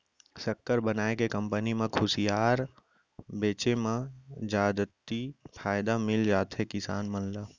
सक्कर बनाए के कंपनी म खुसियार बेचे म जादति फायदा मिल जाथे किसान मन ल